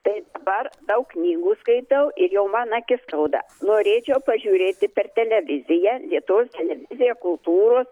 tai dabar daug knygų skaitau ir jau man akis skauda norėčiau pažiūrėti per televiziją lietuvos televiziją kultūros